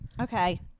Okay